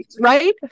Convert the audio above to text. right